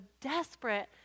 desperate